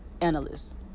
analysts